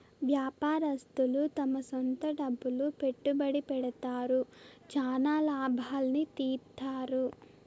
వ్యాపారస్తులు తమ సొంత డబ్బులు పెట్టుబడి పెడతారు, చానా లాభాల్ని తీత్తారు